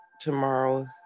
tomorrow